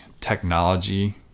technology